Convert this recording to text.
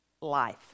life